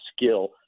skill